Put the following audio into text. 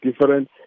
different